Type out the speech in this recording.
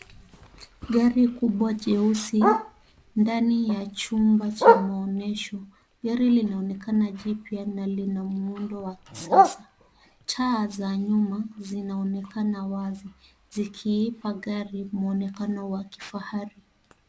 Gari kubwa jeusi ndani ya chumba cha maonesho, gari linaonekana jipya na lina muundo wa kisasa. Taa za nyuma zinaonekana wazi ,zikiipa gari muonekano wa kifahari.